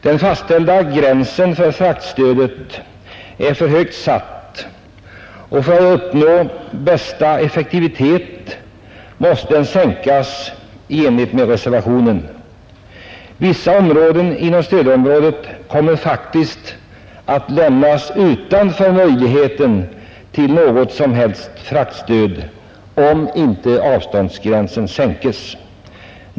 Den fastställda gränsen för fraktstödet är för högt satt, och för att uppnå största effektivitet måste den sänkas i enlighet med reservationen. Vissa områden inom stödområdet kommer faktiskt att lämnas utan möjlighet till något som helst fraktstöd om inte avståndsgränsen sänks.